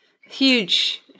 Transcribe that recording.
huge